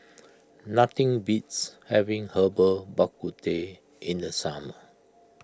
nothing beats having Herbal Bak Ku Teh in the summer